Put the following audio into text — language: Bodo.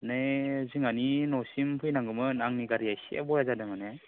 नै जोंहानि न'सिम फैनांगौमोन आंनि गारिया एसे गाज्रि जादों माने